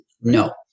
No